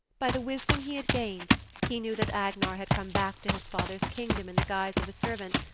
by the wisdom he had gained he knew that agnar had come back to his father's kingdom in the guise of a servant,